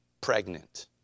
pregnant